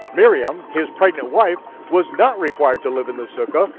miriam, his pregnant wife, was not required to live in the sukkah,